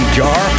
jar